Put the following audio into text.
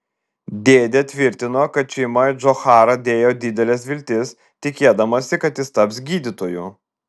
dėdė tvirtino kad šeima į džocharą dėjo dideles viltis tikėdamasi kad jis taps gydytoju